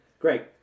great